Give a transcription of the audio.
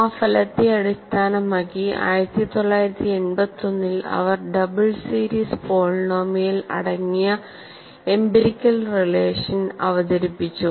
ആ ഫലത്തെ അടിസ്ഥാനമാക്കി 1981 ൽ അവർ ഡബിൾ സീരീസ് പോളിനോമിയലുകൾ അടങ്ങിയ എംപിരിക്കൽ റിലേഷൻ അവതരിപ്പിച്ചു